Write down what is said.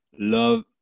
love